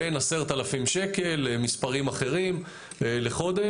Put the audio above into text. בין 10,000 שקל למספרים אחרים לחודש,